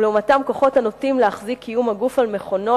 ולעומתם הכוחות הנוטים להחזיק קיום הגוף על מכונו,